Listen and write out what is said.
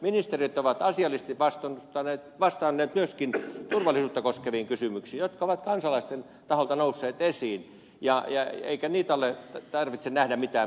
ministerit ovat asiallisesti vastanneet myöskin turvallisuutta koskeviin kysymyksiin jotka ovat kansalaisten taholta nousseet esiin eikä niissä tarvitse nähdä mitään mörköjä